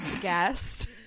guest